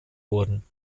wurden